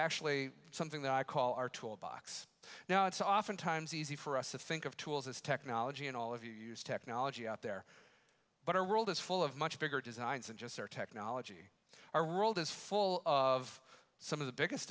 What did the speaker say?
actually something that i call our tool box now it's oftentimes easy for us to think of tools as technology and all of you use technology out there but our world is full of much bigger designs and just our technology our world is full of some of the biggest